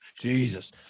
Jesus